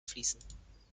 fließen